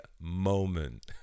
moment